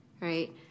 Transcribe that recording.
right